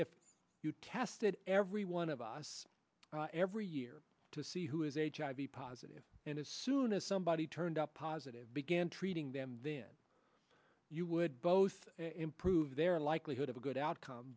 if you tested every one of us every year to see who has a hiv positive and as soon as somebody turned up positive began treating them then you would both improve their likelihood of a good outcome